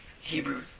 Hebrew